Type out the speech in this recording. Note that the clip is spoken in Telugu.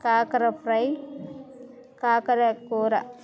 కాకర ఫ్రై కాకర కూర